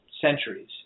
centuries